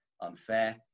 unfair